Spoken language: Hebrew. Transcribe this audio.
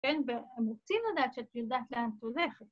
‫במורצים לדעת שאת יודעת ‫לאן את הולכת.